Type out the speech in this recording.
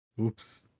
Oops